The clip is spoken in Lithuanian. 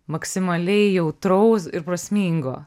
maksimaliai jautraus ir prasmingo